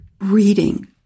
reading